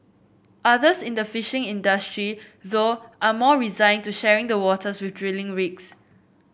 others in the fishing industry though are more resigned to sharing the waters with drilling rigs